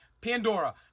Pandora